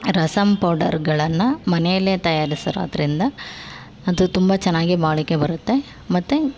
ರಸಮ್ ಪೌಡರುಗಳನ್ನ ಮನೇಲ್ಲೇ ತಯಾರಿಸಿರೋದರಿಂದ ಅದು ತುಂಬ ಚೆನ್ನಾಗೆ ಬಾಳಿಕೆ ಬರುತ್ತೆ ಮತ್ತು